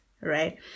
right